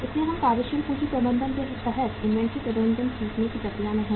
इसलिए हम कार्यशील पूंजी प्रबंधन के तहत इन्वेंट्री प्रबंधन सीखने की प्रक्रिया में हैं